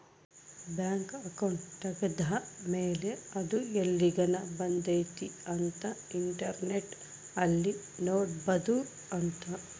bank account ತೆಗೆದ್ದ ಮೇಲೆ ಅದು ಎಲ್ಲಿಗನ ಬಂದೈತಿ ಅಂತ ಇಂಟರ್ನೆಟ್ ಅಲ್ಲಿ ನೋಡ್ಬೊದು ಅಂತ